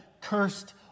cursed